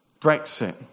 Brexit